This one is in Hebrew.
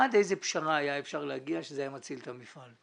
עד איזו פשרה היה אפשר להגיע שזה היה מציל את המפעל?